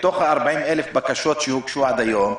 מתוך ה-40,000 הבקשות שהוגשו עד היום,